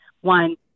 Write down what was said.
one